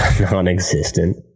Non-existent